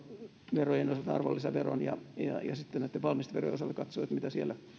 verojen osalta arvonlisäveron ja ja näitten valmisteverojen osalta katsoa että mitä siellä